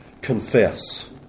Confess